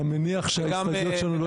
אתה מניח שההסתייגויות שלנו לא יתקבלו?